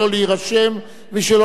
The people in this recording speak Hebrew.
מי שלא נרשם מבעוד מועד.